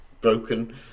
broken